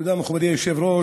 תודה, מכובדי היושב-ראש.